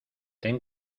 ten